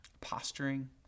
posturing